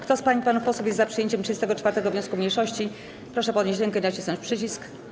Kto z pań i panów posłów jest za przyjęciem 34. wniosku mniejszości, proszę podnieść rękę i nacisnąć przycisk.